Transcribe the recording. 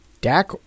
Dak